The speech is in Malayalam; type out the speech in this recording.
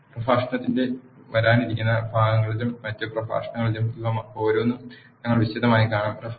പ്രഭാഷണത്തിന്റെ വരാനിരിക്കുന്ന ഭാഗങ്ങളിലും മറ്റ് പ്രഭാഷണങ്ങളിലും ഇവ ഓരോന്നും ഞങ്ങൾ വിശദമായി കാണും